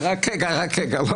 הוא